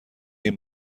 این